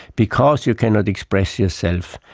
because you cannot express yourself,